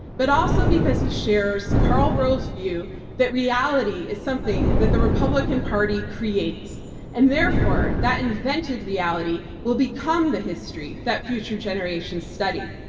but also because he shares karl rove's view that reality is something that the republican party creates and therefore that invented reality will become the history that future generations study.